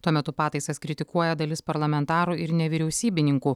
tuo metu pataisas kritikuoja dalis parlamentarų ir nevyriausybininkų